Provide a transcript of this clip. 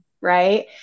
Right